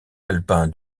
alpin